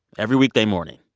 every weekday morning,